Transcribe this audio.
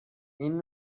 این